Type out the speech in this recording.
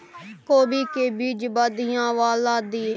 कोबी के बीज बढ़ीया वाला दिय?